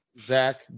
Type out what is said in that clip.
Zach